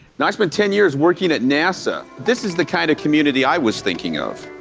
now i spent ten years working at nasa. this is the kind of community i was thinking of.